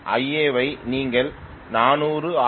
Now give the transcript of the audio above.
Ia -வை நீங்கள் 400 R